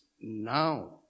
now